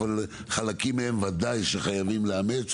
אבל חלקים מהם בוודאי שחייבים לאמץ,